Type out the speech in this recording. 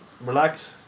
relax